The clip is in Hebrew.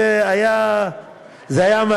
זה היה מהמם.